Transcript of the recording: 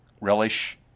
relish